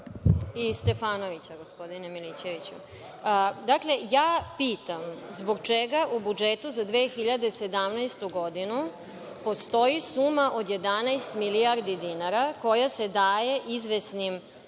I Stefanovića, gospodine Milićeviću. Dakle, pitam zbog čega u budžetu za 2017. godinu postoji suma od 11 milijardi dinara koja se daje izvesnim